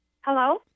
Hello